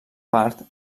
part